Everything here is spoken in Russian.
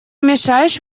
мешаешь